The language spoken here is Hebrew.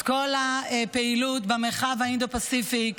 את כל הפעילות במרחב האינדו-פסיפי,